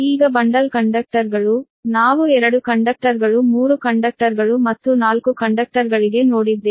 ಈಗ ಬಂಡಲ್ ಕಂಡಕ್ಟರ್ಗಳು ನಾವು 2 ಕಂಡಕ್ಟರ್ಗಳು 3 ಕಂಡಕ್ಟರ್ಗಳು ಮತ್ತು ನಾಲ್ಕು ಕಂಡಕ್ಟರ್ಗಳಿಗೆ ನೋಡಿದ್ದೇವೆ